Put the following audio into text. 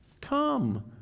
come